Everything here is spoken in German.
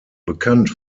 bekannt